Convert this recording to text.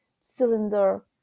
cylinder